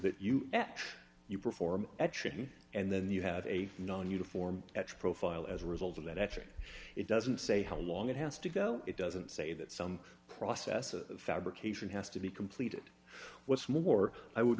that you you perform at trim and then you have a non uniform profile as a result of that entry it doesn't say how long it has to go it doesn't say that some process of fabrication has to be completed what's more i would